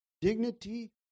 dignity